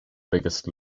biggest